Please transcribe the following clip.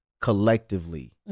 collectively